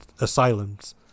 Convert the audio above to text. asylums